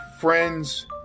friends